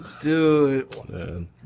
Dude